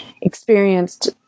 experienced